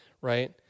right